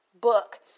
book